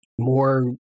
more